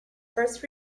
first